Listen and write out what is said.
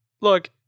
look